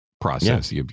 process